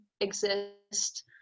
exist